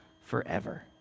forever